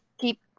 keep